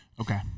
Okay